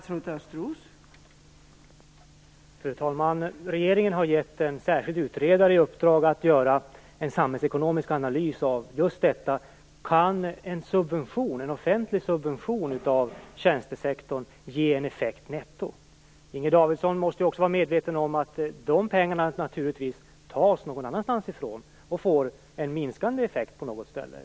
Fru talman! Regeringen har gett en särskild utredare i uppdrag att göra en samhällsekonomisk analys av just detta: Kan en offentlig subvention av tjänstesektorn ge en effekt netto? Inger Davidson måste också vara medveten om att de pengarna naturligtvis tas någon annanstans ifrån och får en minskande effekt på något ställe.